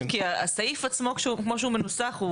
כי הסעיף עצמו כמו שהוא מנוסח,